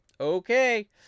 Okay